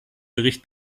bericht